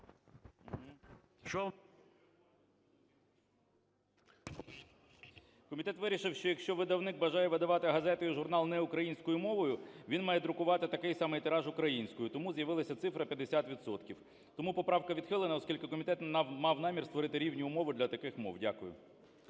Комітет вирішив, що якщо видавник бажає видавати газети і журнали не українською мовою, він має друкувати такий самий тираж українською. Тому з'явилась цифра 50 відсотків. Тому поправка відхилена, оскільки комітет мав намір створити рівні умови для таких мов. Дякую.